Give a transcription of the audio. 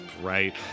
right